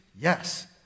Yes